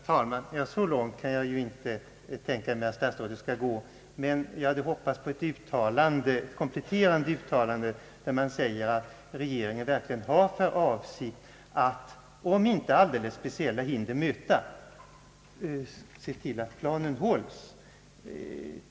Herr talman! Så långt kan jag inte tänka mig att statsrådet skulle vilja gå, men jag hade hoppats på ett kompletterande uttalande att regeringen verkligen har för avsikt att, om inte alldeles speciella hinder möter, se till att planen hålls.